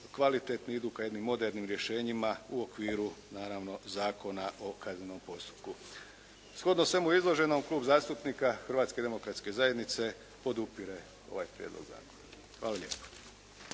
kvalitetni i idu ka jednim modernim rješenjima u okviru naravno Zakona o kaznenom postupku. Shodno svemu izloženom, Klub zastupnika Hrvatske demokratske zajednice podupire ovaj prijedlog zakona. Hvala lijepo.